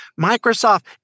Microsoft